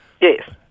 Yes